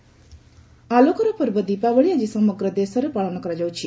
ଦିଓାଲି ଆଲୋକର ପର୍ବ ଦୀପାବଳି ଆଜି ସମଗ୍ର ଦେଶରେ ପାଳନ କରାଯାଉଛି